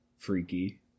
freaky